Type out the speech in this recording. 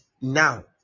now